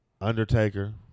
Undertaker